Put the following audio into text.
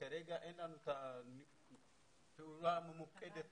כרגע אין לנו פעולה ממוקדת